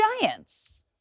Giants